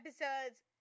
episodes